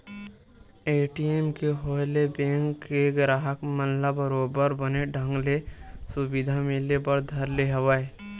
ATM के होय ले बेंक के गराहक मन ल बरोबर बने ढंग ले सुबिधा मिले बर धर ले हवय